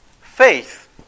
Faith